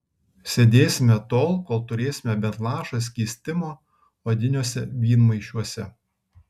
sėdėsime tol kol turėsime bent lašą skystimo odiniuose vynmaišiuose